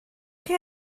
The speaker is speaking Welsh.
chi